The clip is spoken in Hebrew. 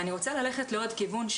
אני רוצה ללכת לעוד כיוון,